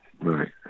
right